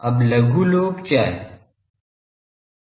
अब लघु लोब क्या है